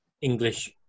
English